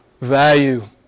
value